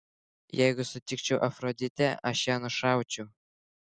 jeigu sutikčiau afroditę aš ją nušaučiau